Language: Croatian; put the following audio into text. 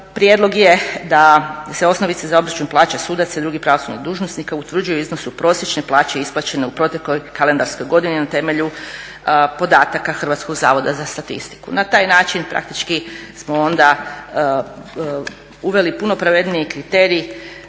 Prijedlog je da se osnovica za obračun plaća sudaca i drugih pravosudnih dužnosnika utvrđuje u iznosu prosječne plaće isplaćene u protekloj kalendarskoj godini na temelju podataka Hrvatskog zavoda za statistiku. Na taj način praktički smo onda uveli puno pravedniji kriterij